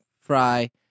fry